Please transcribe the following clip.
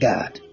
God